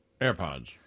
AirPods